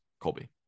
Colby